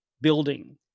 building